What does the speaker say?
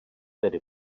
teda